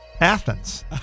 Athens